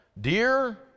dear